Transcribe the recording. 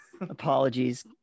Apologies